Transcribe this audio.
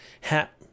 hat